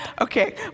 Okay